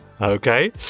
Okay